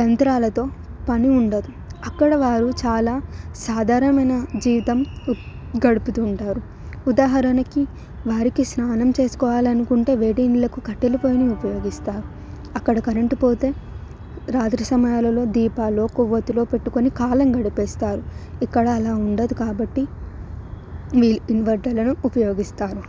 యంత్రాలతో పని ఉండదు అక్కడ వారు చాలా సాధారణమైన జీవితం గడుపుతూ ఉంటారు ఉదాహరణకి వారికి స్నానం చేసుకోవాలనుకుంటే వేడి నీళ్ళకు కట్టెలు పోయ్యిని ఉపయోగిస్తారు అక్కడ కరెంటు పోతే రాత్రి సమయంలో దీపాలు కొవ్వెత్తులో పెట్టుకొని కాలం గడిపేస్తారు ఇక్కడ అలా ఉండదు కాబట్టి వీళ్ళు ఇన్వెంటర్లను ఉపయోగిస్తారు